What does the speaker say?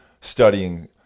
studying